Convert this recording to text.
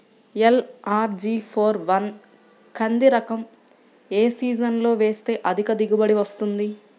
LRG four one కంది రకం ఏ సీజన్లో వేస్తె అధిక దిగుబడి వస్తుంది?